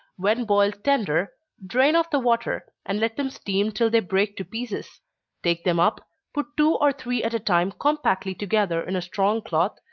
when boiled tender, drain off the water, and let them steam till they break to pieces take them up, put two or three at a time compactly together in a strong cloth,